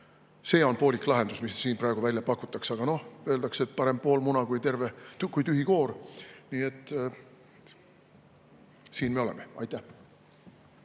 See on poolik lahendus, mis siin on välja pakutud. Aga noh, öeldakse, et parem pool muna kui tühi koor. Nii et siin me oleme. Aitäh,